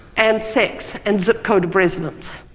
and sex and zip code of residence.